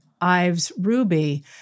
Ives-Ruby